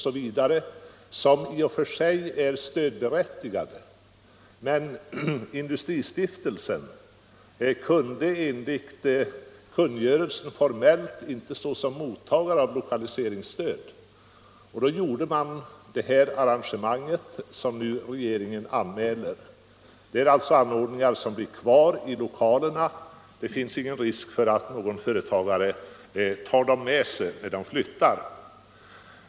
Det är sådant som i och för sig är stödberättigat, men industristiftelsen kunde enligt kungörelsen formellt inte stå som mottagare av lokaliseringsstöd, och då gjorde man detta arrangemang som regeringen nu anmäler. Det är alltså anordningar som blir kvar i lokalerna. Det finns ingen risk för att en företagare tar dem med sig när han flyttar.